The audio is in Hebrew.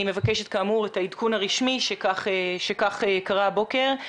אני מבקשת כאמור את העדכון הרשמי שכך קרה הבוקר.